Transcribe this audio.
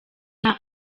nta